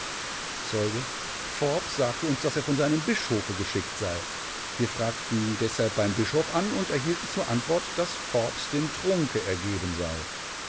zeuge forbes sagte uns daß er von seinem bischofe geschickt sei wir fragten deshalb beim bischof an und erhielten zur antwort daß f dem trunke ergeben sei